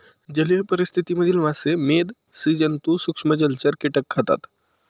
जलीय परिस्थिति मधील मासे, मेध, स्सि जन्तु, सूक्ष्म जलचर, कीटक खातात